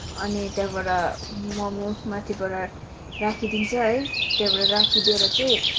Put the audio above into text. अनि त्यहाँबाट मोमो माथिबाट राखिदिन्छ है त्यहाँबाट राखिदिएर चाहिँ